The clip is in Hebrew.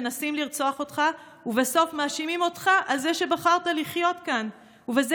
מנסים לרצוח אותך ובסוף מאשימים אותך על זה שבחרת לחיות כאן ועל זה